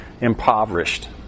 impoverished